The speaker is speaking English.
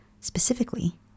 specifically